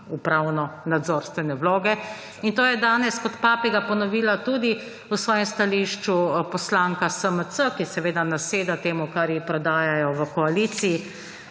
upravno nadzorstvene vloge in to je danes kot papiga ponovila tudi v svojem stališču poslanka SMC, ki seveda naseda temu kar ji prodajajo v koaliciji.